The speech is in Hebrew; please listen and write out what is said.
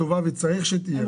צריך שהיא תהיה,